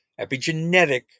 epigenetic